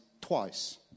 twice